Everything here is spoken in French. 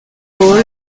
paul